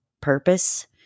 purpose